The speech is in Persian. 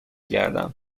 گردم